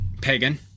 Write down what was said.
pagan